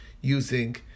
using